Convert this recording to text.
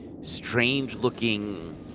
strange-looking